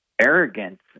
arrogance